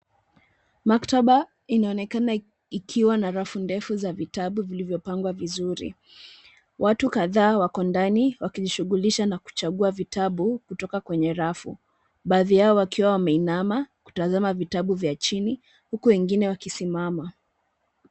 Maktaba inaonekana ikiwa na rafu ndefu za vitabu vilivyopangwa vizuri. Watu kadhaa wako ndani wakijishughulisha na kuchagua vitabu kutoka kwenye rafu, baadhi yao wakiwa wameinama kutazama vitabu vya chini, huku wengine wakisimama.